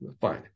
fine